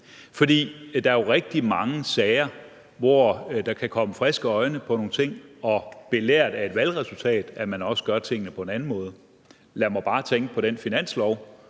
For der er jo rigtig mange sager, hvor der kan komme friske øjne på nogle ting, og hvor man – belært af et valgresultat – også gør tingene på en anden måde. Lad mig bare tænke på finansloven,